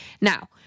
Now